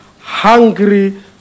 hungry